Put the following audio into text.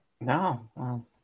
No